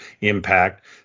impact